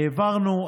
העברנו,